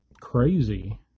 crazy